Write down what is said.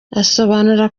asobanura